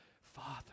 Father